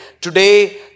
today